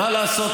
מה לעשות,